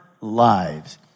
lives